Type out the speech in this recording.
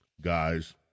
guys